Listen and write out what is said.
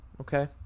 okay